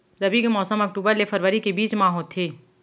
रबी के मौसम अक्टूबर ले फरवरी के बीच मा होथे